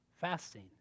fasting